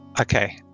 Okay